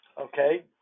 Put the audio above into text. Okay